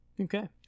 Okay